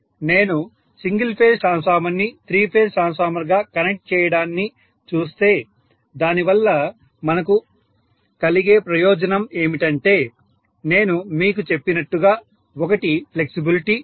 నేను single phase transformer ని three phase transformer గా కనెక్ట్ చేయడాన్ని చూస్తే దానివల్ల మనకు కలిగే ప్రధాన ప్రయోజనం ఏమిటంటే నేను మీకు చెప్పినట్టుగా ఒకటి ఫ్లెక్సిబిలిటీ